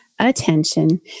Attention